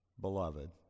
Beloved